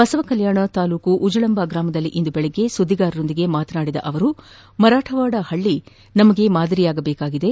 ಬಸವ ಕಲ್ಯಾಣ ತಾಲೂಕನ ಉಜಳಂಬ ಗ್ರಾಮದಲ್ಲಿ ಇಂದು ಬೆಳಗ್ಗೆ ಸುದ್ದಿಗಾರರೊಂದಿಗೆ ಮಾತನಾಡಿದ ಅವರುಮರಾಠವಾಡ ಹಳ್ಳಿಯು ನಮಗೆ ಮಾದರಿಯಾಗಬೇಕಾಗಿದೆ